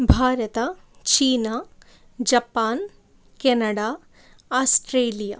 Bharat China Japan Canada Australia